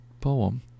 poem